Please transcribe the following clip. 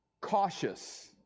cautious